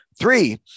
Three